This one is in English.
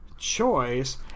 Choice